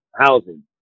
housing